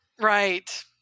Right